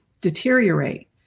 deteriorate